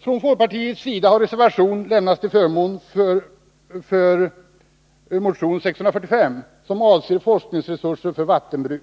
Från folkpartiets sida har en reservation avgivits till förmån för motion 645 som avser forskningsresurser för vattenbruk.